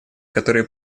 которые